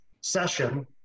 session